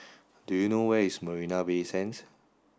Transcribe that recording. do you know where is Marina Bay Sands